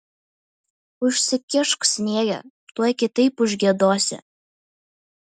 užsikišk sniege tuoj kitaip užgiedosi